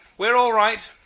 we are all right